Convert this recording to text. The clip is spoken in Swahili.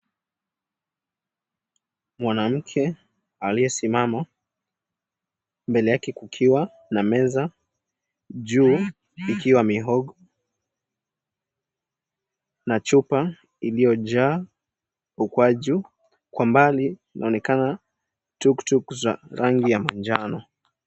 Mwanamke aliyesimama mbele yake kukiwa na meza juu ikiwa mihogo na chupa iliyojaa ukwaju. Kwa mbali inaonekana tuktuk za rangi ya manjano.